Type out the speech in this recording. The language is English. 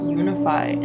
unify